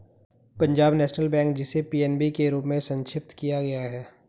Punjab national bank, जिसे PNB के रूप में संक्षिप्त किया गया है